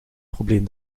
problem